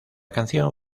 canción